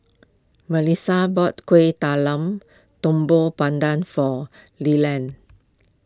Mellissa bought Kueh Talam Tepong Pandan for Leland